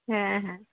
হ্যাঁ হ্যাঁ